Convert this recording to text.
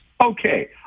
Okay